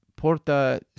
Porta